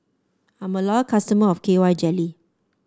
I'm a loyal customer of K Y Jelly